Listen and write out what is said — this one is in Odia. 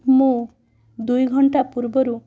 ମୁଁ ଦୁଇଘଣ୍ଟା ପୂର୍ବରୁ